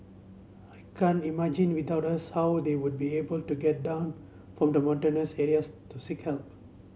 I can't imagine without us how they would be able to get down from the mountainous areas to seek help